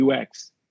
UX